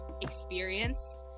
experience